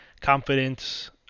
confidence